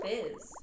Fizz